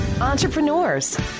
entrepreneurs